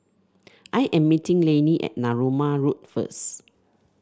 I am meeting Lannie at Narooma Road first